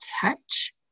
touch